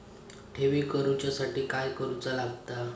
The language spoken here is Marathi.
ठेवी करूच्या साठी काय करूचा लागता?